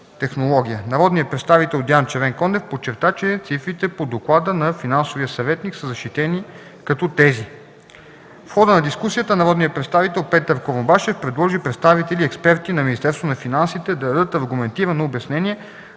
Народният представител Диан Червенкондев подчерта, че цифрите по доклада на финансовия съветник са защитени като тези. В хода на дискусията народният представител Петър Корумбашев предложи представители и експерти на Министерството на финансите да дадат аргументирано обяснение